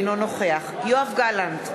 אינו נוכח יואב גלנט,